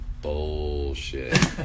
Bullshit